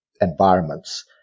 environments